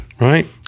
right